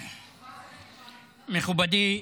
מכובדי,